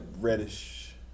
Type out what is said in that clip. reddish